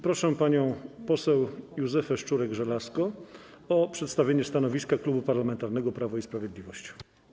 Proszę panią poseł Józefę Szczurek-Żelazko o przedstawienie stanowiska Klubu Parlamentarnego Prawo i Sprawiedliwość.